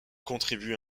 contribue